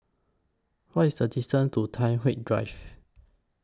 What IS The distance to Tai Hwan Drive